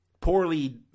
poorly